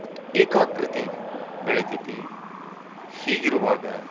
ಮತ್ತು ಏಕಾಗ್ರತೆ ಬೆಳಿತೈತಿ ಹೀಗಿರುವಾಗ